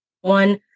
One